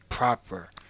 proper